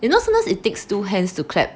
you know sometimes it takes two hands to clap